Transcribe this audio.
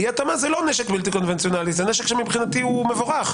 אי התאמה היא לא נשק בלתי קונבנציונאלי אלא זה נשק שמבחינתי הוא מבורך,